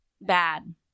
Bad